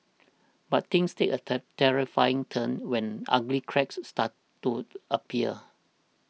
but things a take terrifying turn when ugly cracks started to appear